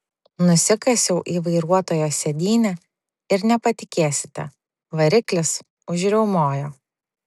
nusikasiau į vairuotojo sėdynę ir nepatikėsite variklis užriaumojo